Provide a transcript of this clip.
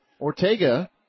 Ortega